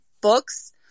books